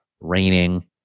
raining